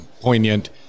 poignant